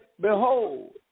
Behold